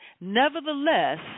Nevertheless